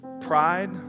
pride